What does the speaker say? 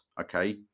okay